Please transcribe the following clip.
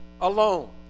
alone